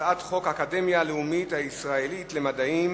הצעת חוק האקדמיה הלאומית הישראלית למדעים